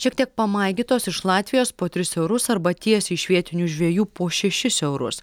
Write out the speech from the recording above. šiek tiek pamaigytos iš latvijos po tris eurus arba tiesiai iš vietinių žvejų po šešis eurus